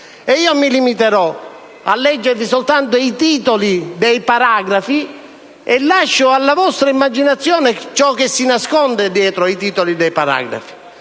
Mi limiterò a leggervi soltanto i titoli dei paragrafi e lascio alla vostra immaginazione capire ciò che si nasconde dietro i titoli dei paragrafi.